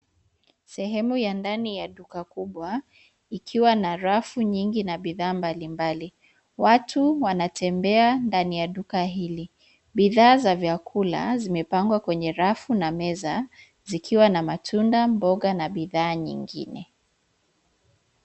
Sehemu ya ndani ya duka kubwa, ikiwa na rafu nyingi na bidhaa mbalimbali. Watu wanatembea ndani ya duka hili. Bidhaa za vyakula zimepangwa kwenye rafu na meza, zikiwa na matunda, mboga na bidhaa nyingine.